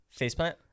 Faceplant